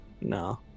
No